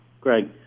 Greg